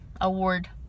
award